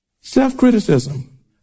Self-criticism